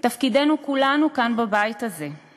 תפקידנו כולנו כאן בבית הזה,